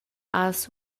has